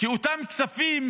מאותם כספים